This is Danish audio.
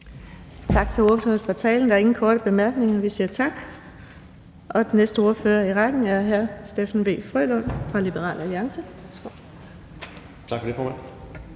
Tak til ordføreren for talen. Der er ingen korte bemærkninger. Vi siger tak. Den næste ordfører i rækken er hr. Steffen W. Frølund fra Liberal Alliance. Værsgo.